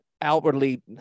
outwardly